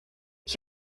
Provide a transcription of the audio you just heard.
ich